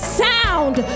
sound